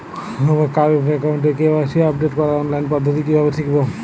আমার কারেন্ট অ্যাকাউন্টের KYC update করার অনলাইন পদ্ধতি কীভাবে শিখব?